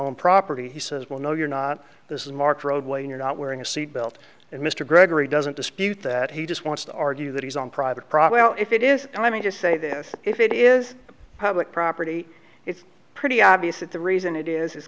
own property he says well no you're not this is marked roadway you're not wearing a seatbelt and mr gregory doesn't dispute that he just wants to argue that he's on private property if it is and i mean to say this if it is public property it's pretty obvious that the reason it is